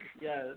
Yes